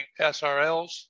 SRLs